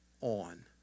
on